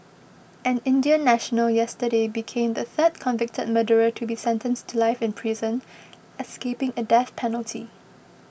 an Indian national yesterday became the third convicted murderer to be sentenced to life in prison escaping a death penalty